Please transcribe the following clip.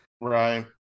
right